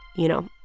you know,